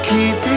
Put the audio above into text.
Keep